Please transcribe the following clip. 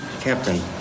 Captain